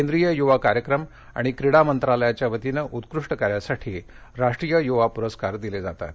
केंद्रीय युवा कार्यक्रम आणि क्रीडा मंत्रालयाच्यावतीनं उत्कृष्ट कार्यासाठी राष्ट्रीय युवा पुरस्कार दिले जातात